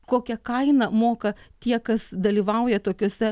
kokią kainą moka tie kas dalyvauja tokiuose